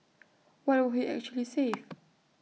what would he actually save